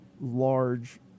large